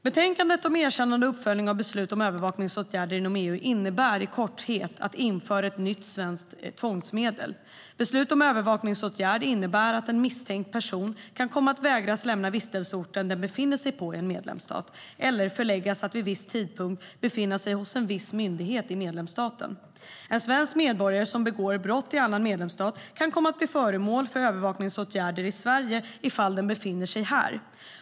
Betänkandet om erkännande och uppföljning av beslut om övervakningsåtgärder inom EU handlar i korthet om att införa ett nytt svenskt tvångsmedel. Beslut om övervakningsåtgärd innebär att en misstänkt person kan komma att vägras lämna vistelseorten den befinner sig på i en medlemsstat eller föreläggas att vid en viss tidpunkt befinna sig hos en viss myndighet i medlemsstaten. En svensk medborgare som begår brott i annan medlemsstat kan komma att bli föremål för övervakningsåtgärder i Sverige ifall den befinner sig här.